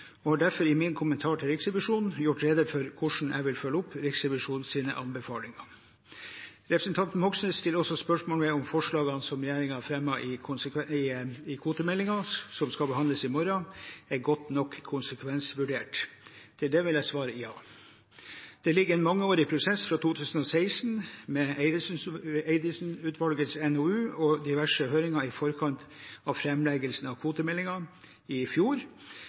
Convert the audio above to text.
og har derfor i min kommentar til Riksrevisjonen gjort rede for hvordan jeg vil følge opp deres anbefalinger. Representanten Moxnes stiller også spørsmål ved om forslagene som regjeringen har fremmet i kvotemeldingen, som skal behandles i morgen, er godt nok konsekvensvurdert. Til det vil jeg svare ja. Det ligger en mangeårig prosess bak, fra 2016, med Eidesen-utvalgets NOU og diverse høringer i forkant av framleggelsen av kvotemeldingen i fjor.